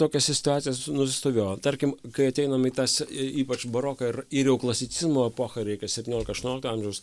tokios situacijos nusistovėjo tarkim kai ateinam į tas ypač baroką ir ir jau klasicizmo epochą reikia septyniolika aštuoniolikto amžiaus